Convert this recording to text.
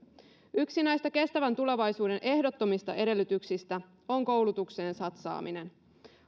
yksi näistä kestävän tulevaisuuden ehdottomista edellytyksistä on koulutukseen satsaaminen